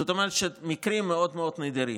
זאת אומרת, מקרים מאוד מאוד נדירים.